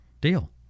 deal